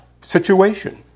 situation